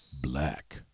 Black